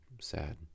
sad